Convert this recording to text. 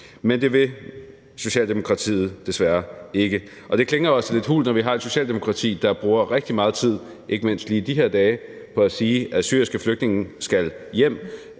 Men det vil Socialdemokratiet desværre ikke. Det klinger jo altså lidt hult, når vi har et Socialdemokrati, der bruger rigtig meget tid – ikke mindst lige i de her dage – på at sige, at syriske flygtninge skal hjem.